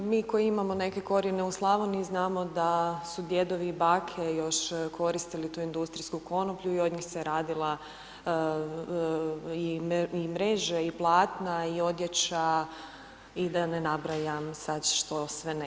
Mi koji imamo neke korijene u Slavoniji, znamo da su djedovi i bake još koristili tu industrijsku konoplju i od njih se radila i mreže i platna i odjeća i da ne nabrajam što sve ne.